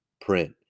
print